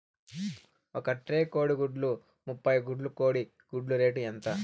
ఒక ట్రే కోడిగుడ్లు ముప్పై గుడ్లు కోడి గుడ్ల రేటు ఎంత?